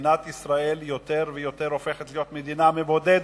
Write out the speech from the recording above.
מדינת ישראל יותר ויותר הופכת להיות מדינה מבודדת,